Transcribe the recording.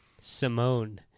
Simone